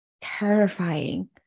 terrifying